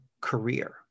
career